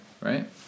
Right